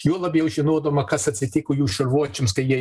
juo labiau žinodama kas atsitiko jų šarvuočiams kai jie